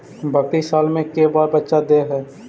बकरी साल मे के बार बच्चा दे है?